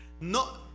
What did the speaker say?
no